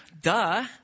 Duh